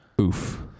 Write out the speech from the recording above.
Oof